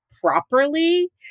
properly